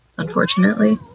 unfortunately